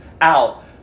out